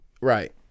Right